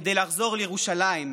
כדי לחזור לירושלים,